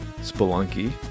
Spelunky